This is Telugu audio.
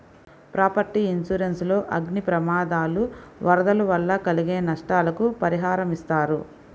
ప్రాపర్టీ ఇన్సూరెన్స్ లో అగ్ని ప్రమాదాలు, వరదలు వల్ల కలిగే నష్టాలకు పరిహారమిస్తారు